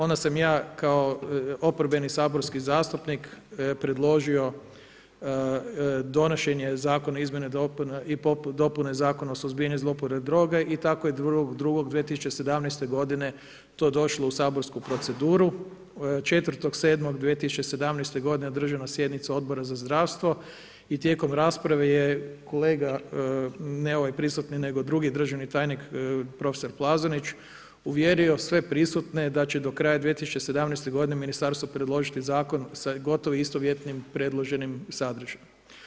Onda sam ja kao oporbeni Saborski zastupnik predložio donošenje zakona o izmjeni i dopune Zakona o suzbijanju zlouporabe droga i tako je 2.2.2017. godine to došlo u Saborsku proceduru, 4.7.2017. godine održana je sjednica Odbora za zdravstvo i tijekom rasprave je kolega, ne ovaj prisutni, nego drugi državni tajnik prof. Plazonić uvjerio sve prisutne da će do kraja 2017. ministarstvo predložiti zakon sa gotovo istovjetnim predloženim sadržajem.